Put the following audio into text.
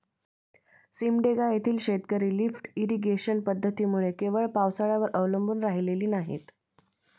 सिमडेगा येथील शेतकरी lift irrigation पद्धतीमुळे केवळ पावसाळ्यावर अवलंबून राहिलेली नाहीत